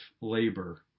labor